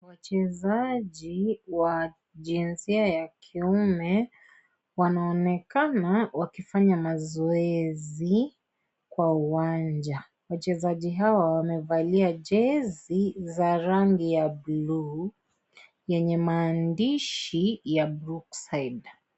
Wachezaji wa jinsia ya kiume wanaonekana wakifanya mazoezi kwa uwanja. Wachezaji hawa wamevalia jezi za rangi ya bluu zenye maandishi ya Brookside.